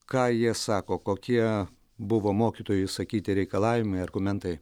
ką jie sako kokie buvo mokytojų išsakyti reikalavimai argumentai